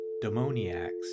demoniacs